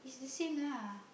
the same lah